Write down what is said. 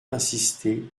insisté